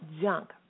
junk